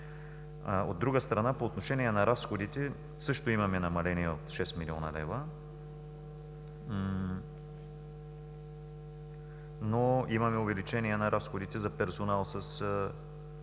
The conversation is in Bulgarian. От друга страна, по отношение на разходите също имаме намаление от 6 млн. лв., но имаме увеличение на разходите за персонал с